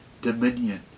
dominion